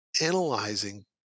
analyzing